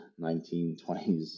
1920s